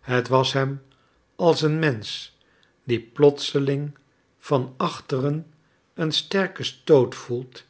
het was hem als een mensch die plotseling van achteren een sterken stoot voelt